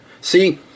See